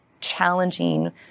challenging